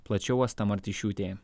plačiau asta martišiūtė